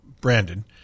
Brandon